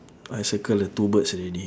I circle the two birds already